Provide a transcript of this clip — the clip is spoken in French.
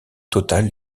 total